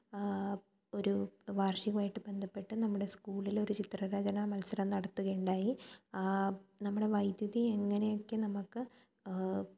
ഒരു വാര്ഷികമായിട്ട് ബന്ധപ്പെട്ട് നമ്മടെ സ്കൂളിലൊരു ചിത്രരചനാ മത്സരം നടത്തുകയുണ്ടായി നമ്മുടെ വൈദ്യുതി എങ്ങനെയൊക്കെ നമ്മള്ക്ക്